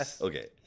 Okay